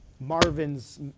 Marvin's